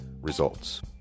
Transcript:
Results